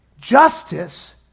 Justice